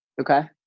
Okay